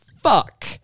fuck